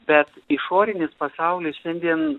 bet išorinis pasaulis šiandien